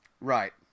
Right